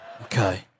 Okay